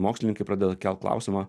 mokslininkai pradeda kelt klausimą